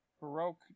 baroque